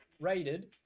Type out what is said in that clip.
Rated